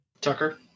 Tucker